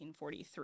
1943